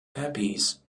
pepys